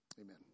Amen